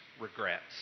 regrets